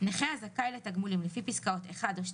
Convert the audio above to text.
(3)נכה הזכאי לתגמולים לפי פסקאות (1 או (2),